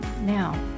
Now